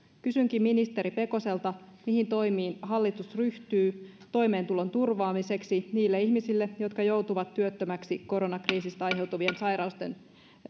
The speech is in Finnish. kysynkin ministeri pekoselta mihin toimiin hallitus ryhtyy toimeentulon turvaamiseksi niille ihmisille jotka joutuvat työttömäksi koronakriisistä aiheutuvien seurausten